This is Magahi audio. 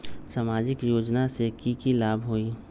सामाजिक योजना से की की लाभ होई?